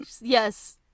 Yes